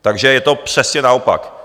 Takže je to přesně naopak.